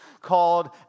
called